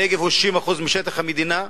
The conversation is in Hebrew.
הנגב הוא 60% משטח המדינה.